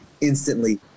instantly